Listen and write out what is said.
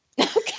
Okay